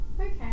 okay